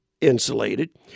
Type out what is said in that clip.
insulated